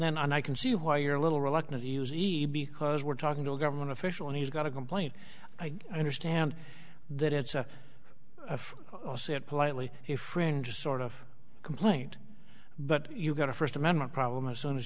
then i can see why you're a little reluctant to use easy because we're talking to a government official and he's got a complaint i understand that it's a politely fringe sort of complaint but you've got a first amendment problem as soon as